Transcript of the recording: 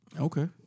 Okay